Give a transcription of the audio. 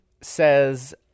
says